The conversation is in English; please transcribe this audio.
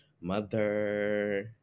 mother